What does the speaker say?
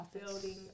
building